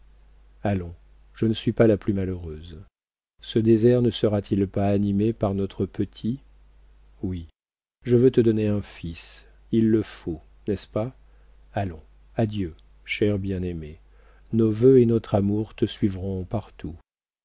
allons je ne suis pas la plus malheureuse ce désert ne sera-t-il pas animé par notre petit oui je veux te donner un fils il le faut n'est-ce pas allons adieu cher bien-aimé nos vœux et notre amour te suivront partout